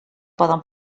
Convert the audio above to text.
poden